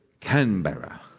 Canberra